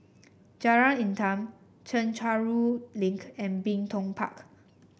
Jalan Intan Chencharu Link and Bin Tong Park